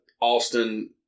Austin